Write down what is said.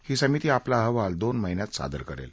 ही समिती आपला अहवाल दोन महिन्यात सादर करेल